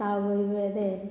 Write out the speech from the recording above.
सावयवेरें